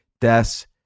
deaths